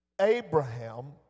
Abraham